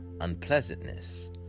unpleasantness